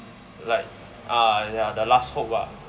like uh ya the last hope lah